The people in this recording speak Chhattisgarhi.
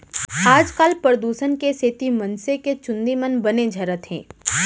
आजकाल परदूसन के सेती मनसे के चूंदी मन बने झरत हें